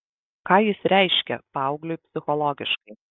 ką jis reiškia paaugliui psichologiškai